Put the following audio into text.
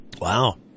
Wow